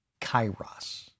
kairos